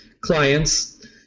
clients